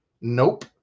Nope